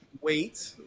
Wait